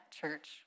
church